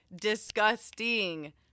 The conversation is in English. disgusting